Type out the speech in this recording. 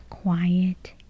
quiet